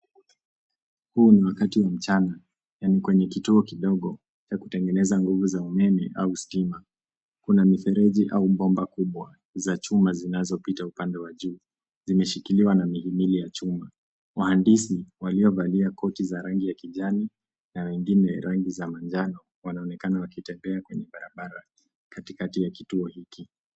Huu ni wakati wa mchana, na ni kwenye kituo kidogo, cha kutengeneza nguvu za umeme au stima. Kuna mifereji au bomba kubwa, za chuma zinazopita upande wa juu, zimeshikiliwa na mihimili ya chuma. Wahandisi, waliovalia koti za rangi ya kijani, na wengine rangi za manjano, wanaonekana wakitembea kwenye barabara, katikati ya kituo hiki.